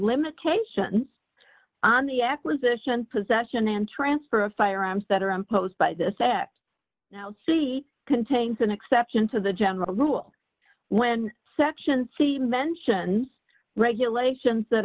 limitations on the acquisition possession and transfer of firearms that are imposed by the sec now see contains an exception to the general rule when section c mentions regulations that